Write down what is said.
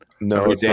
No